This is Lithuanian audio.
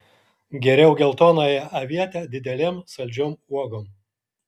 geriau geltonąją avietę didelėm saldžiom uogom